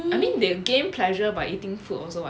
I mean they gain pleasure by eating food also [what]